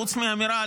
חוץ מהאמירה,